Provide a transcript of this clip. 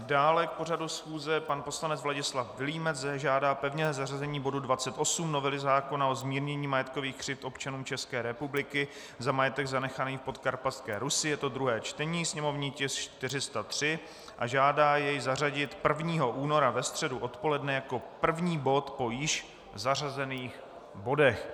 Dále k pořadu schůze pan poslanec Vladislav Vilímec žádá pevné zařazení bodu 28, novely zákona o zmírnění majetkových křivd občanům ČR za majetek zanechaný v Podkarpatské Rusi, je to druhé čtení, sněmovní tisk 403, a žádá jej zařadit 1. února ve středu odpoledne jako první bod po již zařazených bodech.